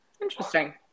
Interesting